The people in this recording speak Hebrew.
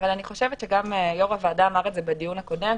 אני חושבת שגם יושב-ראש הוועדה אמר את זה בדיון הקודם,